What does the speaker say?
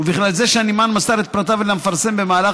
ובכלל זה שהנמען מסר את פרטיו למפרסם במהלך